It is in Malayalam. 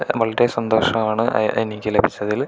വളരെ സന്തോഷമാണ് എനിക്ക് ലഭിച്ചതിൽ